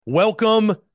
Welcome